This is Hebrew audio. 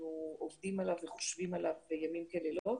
שאנחנו עובדים עליו וחושבים עליו ימים כלילות,